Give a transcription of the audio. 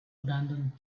abandoned